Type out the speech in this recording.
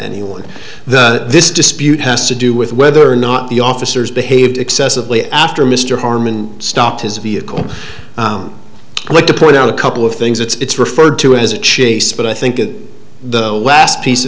anyone the this dispute has to do with whether or not the officers behaved excessively after mr harmon stopped his vehicle and like to point out a couple of things it's referred to as a chase but i think it the last piece of